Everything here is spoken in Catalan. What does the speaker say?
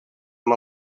amb